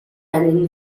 canyon